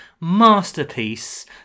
masterpiece